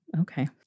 okay